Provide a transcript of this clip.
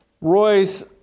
royce